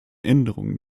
änderungen